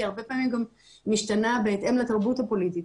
היא הרבה פעמים גם משתנה בהתאם לתרבות הפוליטית.